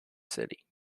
city